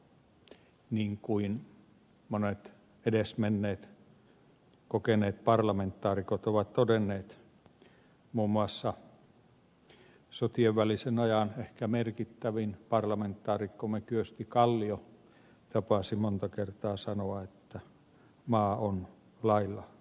niin kuin monet edesmenneet kokeneet parlamentaarikot ovat todenneet ja muun muassa sotien välisen ajan ehkä merkittävin parlamentaarikkomme kyösti kallio tapasi monta kertaa sanoa maa on lailla rakennettava